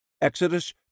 Exodus